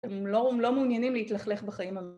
‫הם לא מעוניינים להתלכלך בחיים...